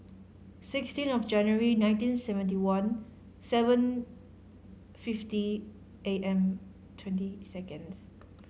sixteen of January nineteen seventy one seven fifty A M twenty seconds